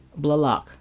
Blalock